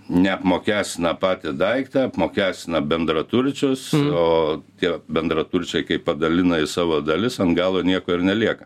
neapmokestina patį daiktą apmokestina bendraturčius o tie bendraturčiai kai padalina į savo dalis ant galo nieko ir nelieka